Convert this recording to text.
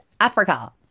Africa